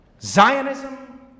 Zionism